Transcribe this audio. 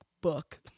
book